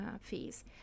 fees